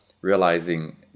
realizing